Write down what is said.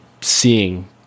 seeing